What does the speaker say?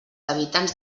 habitants